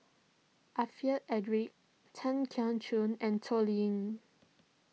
Alfred Eric Tan Keong Choon and Toh Liying